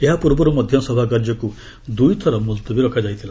ଏହା ପୂର୍ବରୁ ମଧ୍ୟ ସଭାକାର୍ଯ୍ୟକୁ ଦୁଇଥର ମ୍ବଲତବୀ ରଖାଯାଇଥିଲା